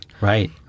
Right